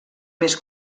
més